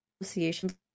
associations